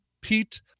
Pete